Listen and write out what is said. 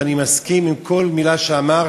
ואני מסכים לכל מילה שאמרת.